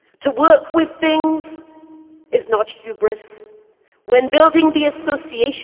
to work with things is not hubris when building the association